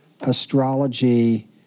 astrology